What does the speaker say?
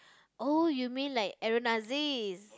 oh you mean like Aaron Aziz